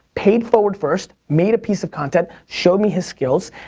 paid forward first, made a piece of content, showed me his skills,